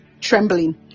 trembling